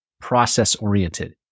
process-oriented